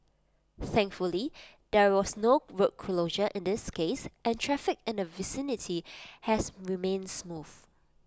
thankfully there was no road closure in this case and traffic in the vicinity has remained smooth